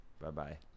Bye-bye